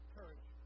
Courage